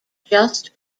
just